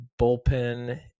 bullpen